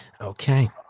Okay